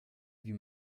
wie